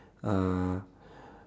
uh